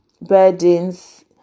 burdens